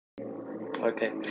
Okay